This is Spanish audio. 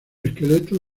esqueleto